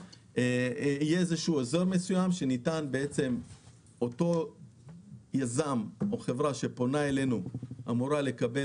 יהיה איזשהו אזור מסוים שאותה חברה שפונה אלינו אמורה לקבל